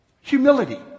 Humility